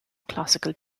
classical